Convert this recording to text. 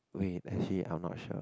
wait actually I am not sure